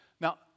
Now